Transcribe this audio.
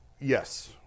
Yes